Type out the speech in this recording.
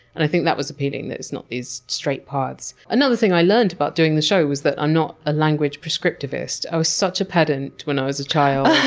and i think that was appealing that it's not these straight paths. another thing i learned about doing the show was that i'm not a language prescriptivist. i was such a pedant when i was a child.